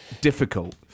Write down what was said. difficult